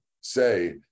say